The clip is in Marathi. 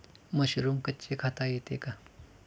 मशरूम कच्चे खाता येते का?